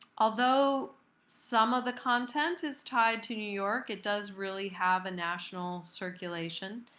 although some of the content is tied to new york, it does really have a national circulation.